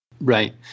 Right